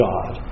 God